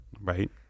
Right